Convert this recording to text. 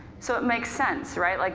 so it makes sense, right, like